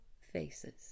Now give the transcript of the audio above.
faces